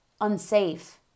Unsafe